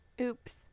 Oops